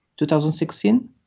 2016